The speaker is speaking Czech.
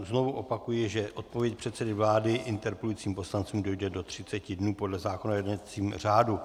Znovu opakuji, že odpovědi předsedy vlády interpelujícím poslancům dojdou do třiceti dnů podle zákona o jednacím řádu.